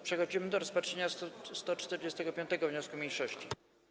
Przechodzimy do rozpatrzenia 145. wniosku mniejszości.